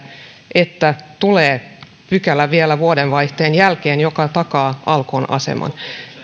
että tulee pykälä vielä vuodenvaihteen jälkeen joka takaa alkon aseman